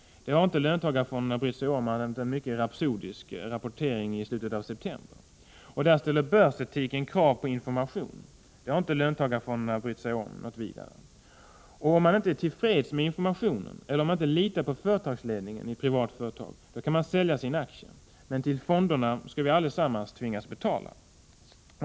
Det har inte löntagarfonderna brytt sig om — annat än en mycket rapsodisk rapportering i slutet av september. Här ställer börsetiken krav på information. Det har inte löntagarfonderna brytt sig om. Om man inte är till freds med informationen eller om man inte litar på företagsledningen i ett privat företag, kan man sälja sin aktie, men till fonderna skall vi allesammans tvingas betala.